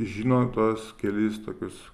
žino tuos kelis tokius